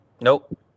Nope